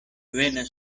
venas